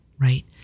right